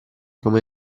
come